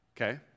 okay